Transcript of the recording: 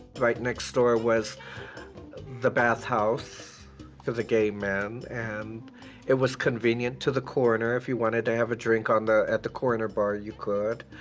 right next door was the bathhouse for the gay men, and it was convenient to the corner, if you wanted to have a drink ah and at the corner bar you could.